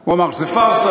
הוא אמר שזה פארסה.